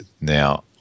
Now